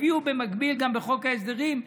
הביאו במקביל גם בחוק ההסדרים,